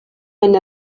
mynd